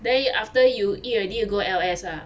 then y~ after you eat already you go L_S ah